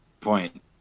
point